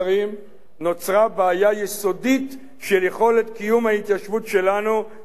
"נוצרה בעיה יסודית של יכולת קיום ההתיישבות שלנו בבקעת-הירדן,